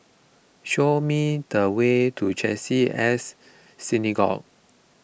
show me the way to Chesed E S Synagogue